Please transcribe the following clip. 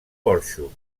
porxo